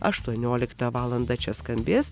aštuonioliktą valandą čia skambės